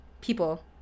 people